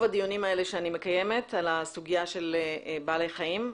הדיונים שאני מקיימת בסוגיית בעלי חיים,